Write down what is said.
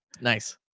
Nice